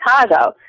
Chicago